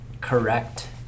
correct